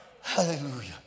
Hallelujah